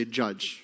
judge